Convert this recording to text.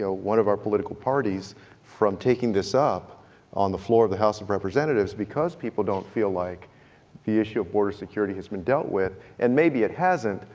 ah one of our political parties from taking this up on the floor of the house of representatives because people don't feel like the issue of border security has been dealt with, and maybe it hasn't,